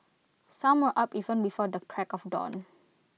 some were up even before the crack of dawn